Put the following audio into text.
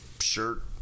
shirt